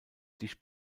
dicht